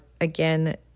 again